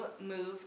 move